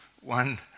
one